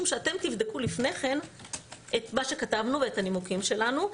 שאתם תבדקו לפני כן את מה שכתבנו ואת הנימוקים שלנו,